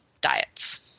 diets